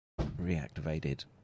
reactivated